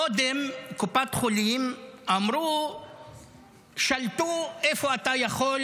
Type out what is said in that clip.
קודם, קופות החולים שלטו איפה אתה יכול